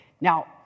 Now